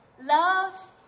Love